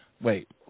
Wait